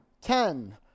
ten